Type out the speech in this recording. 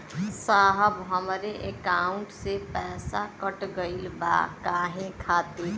साहब हमरे एकाउंट से पैसाकट गईल बा काहे खातिर?